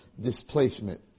displacement